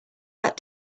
that